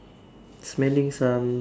smelling some